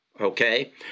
okay